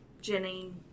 Jenny